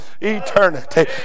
eternity